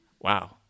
Wow